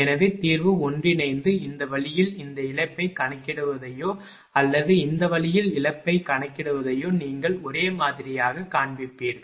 எனவே தீர்வு ஒன்றிணைந்து இந்த வழியில் இந்த இழப்பைக் கணக்கிடுவதையோ அல்லது இந்த வழியில் இழப்பைக் கணக்கிடுவதையோ நீங்கள் ஒரே மாதிரியாகக் காண்பீர்கள்